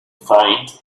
find